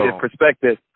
Perspective